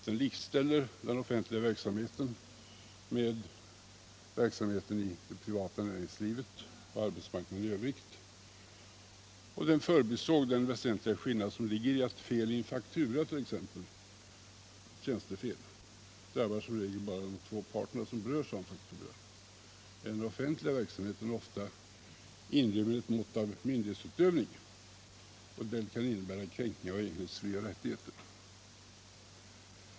Man likställer den offentliga verksamheten med verksamheten i det privata näringslivet och på arbetsmarknaden i övrigt och man förbiser den väsentliga skillnad som ligger i att fel i en faktura t.ex., ett tjänstefel, som regel bara drabbar de två parter som berörs av fakturan, medan den offentliga verksamheten oftast inrymmer ett mått av myndighetsutövning som kan innebära kränkning av den enskildes frioch rättigheter.